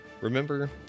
Remember